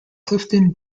clifton